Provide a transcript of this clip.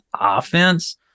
offense